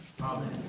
Amen